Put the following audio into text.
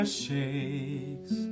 shakes